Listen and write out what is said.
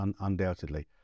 undoubtedly